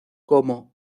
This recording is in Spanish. como